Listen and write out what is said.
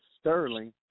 Sterling